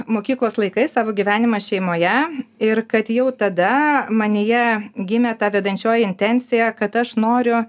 mokyklos laikais savo gyvenimą šeimoje ir kad jau tada manyje gimė ta vedančioji intencija kad aš noriu